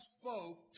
spoke